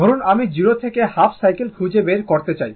ধরুন আমি 0 থেকে হাফ সাইকেল খুঁজে বের করতে চাই